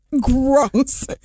gross